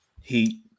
Heat